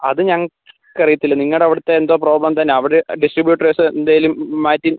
അത് ഞങ്ങൾക്ക് അറിയത്തില്ല നിങ്ങളുടെ അവിടുത്തെ എന്തോ പ്രോബ്ലം തന്നെ അവിടെ ഡിസ്ട്രിബ്യൂട്ടേഴ്സ് എന്തെങ്കിലും മാറ്റി